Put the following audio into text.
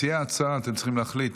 מציעי ההצעה, אתם צריכים להחליט.